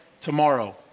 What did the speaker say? tomorrow